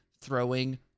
throwing